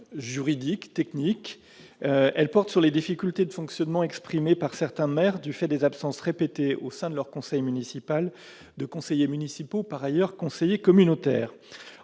juridique et technique. Elle porte sur les difficultés de fonctionnement déplorées par certains maires du fait des absences répétées, lors de la réunion du conseil municipal, de conseillers municipaux par ailleurs conseillers communautaires.